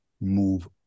Move